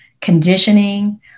conditioning